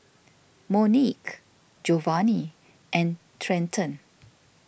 Monique Jovany and Trenton